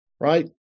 right